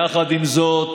יחד עם זאת,